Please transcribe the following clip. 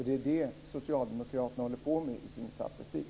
Det är det Socialdemokraterna håller på med i sin statistik.